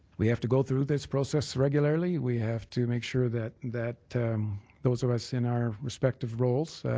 we have to go through this process regularly. we have to make sure that that those of us in our respective roles,